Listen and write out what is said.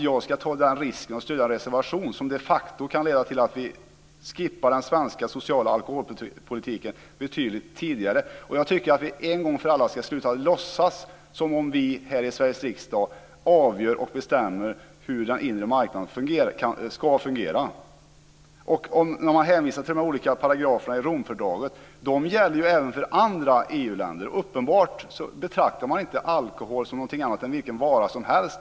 Jag ska inte ta risken att stödja en reservation som de facto kan leda till att vi skippar den svenska sociala alkoholpolitiken betydligt tidigare. Jag tycker att vi en gång för alla ska sluta låtsas som om vi här i Sveriges riksdag avgör och bestämmer hur den inre marknaden ska fungera. Man hänvisar till olika paragrafer i Romfördraget. De gäller även för andra EU-länder. Uppenbarligen betraktar man inte alkohol som någonting annat än vilken vara som helst.